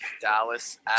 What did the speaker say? Dallas